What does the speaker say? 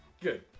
Good